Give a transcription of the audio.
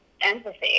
empathy